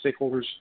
stakeholders